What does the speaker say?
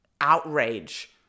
outrage